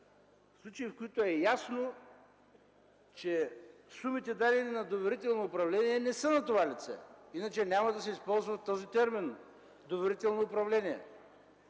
за случаи, в които е ясно, че сумите, дадени на доверително управление, не са на това лице, иначе няма да се използва терминът „доверително управление”.